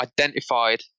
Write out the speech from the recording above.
identified